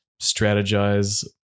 strategize